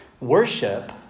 Worship